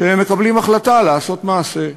שמקבלים החלטה לעשות מעשה.